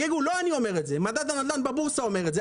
לא אני אומר זאת, מדד הנדל"ן בבורסה אומר זאת.